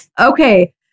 Okay